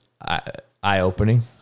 eye-opening